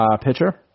pitcher